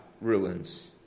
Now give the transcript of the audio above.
ruins